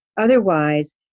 Otherwise